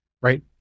Right